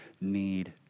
need